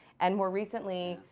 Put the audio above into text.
and more recently,